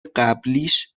قبلیش